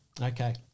Okay